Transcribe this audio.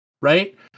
right